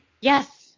Yes